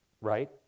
Right